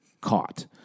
caught